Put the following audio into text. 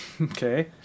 Okay